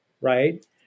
right